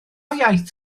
iaith